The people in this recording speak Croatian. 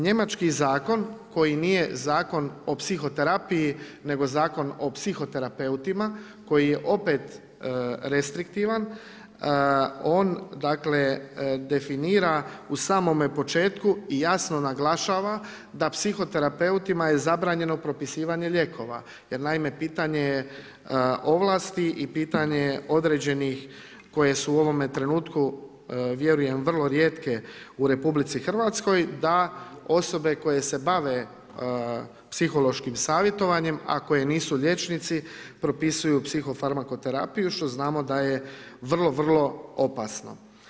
Njemački zakon koji nije zakon o psihoterapiji nego zakon o psihoterapeutima koji je opet restriktivan, on definira u samome početku i jasno naglašava da psihoterapeutima je zabranjeno propisivanje lijekova jer naime pitanje je ovlasti i pitanje je određenih koje su u ovome trenutku vjerujem vrlo rijetke u RH da osobe koje se bave psihološkim savjetovanjem a koje nisu liječnici, propisuju psihofarmakoterapiju što znamo da je vrlo, vrlo opasno.